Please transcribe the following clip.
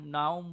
now